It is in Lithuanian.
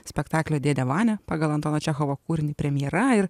spektaklio dėdė vania pagal antono čechovo kūrinį premjera ir